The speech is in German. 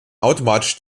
automatisch